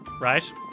right